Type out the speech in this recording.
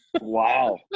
Wow